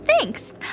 Thanks